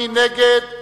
מי נגד?